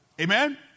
Amen